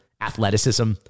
athleticism